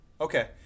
Okay